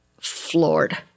floored